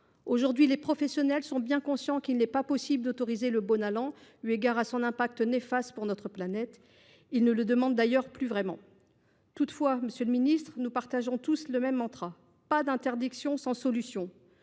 incertain. Les professionnels sont bien conscients qu’il n’est plus possible aujourd’hui d’autoriser le Bonalan, eu égard à son impact négatif pour notre planète ; ils ne le demandent d’ailleurs plus vraiment. Toutefois, monsieur le ministre, nous partageons tous le même mantra :« Pas d’interdiction sans solution !